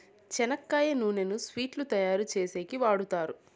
చెనక్కాయ నూనెను స్వీట్లు తయారు చేసేకి వాడుతారు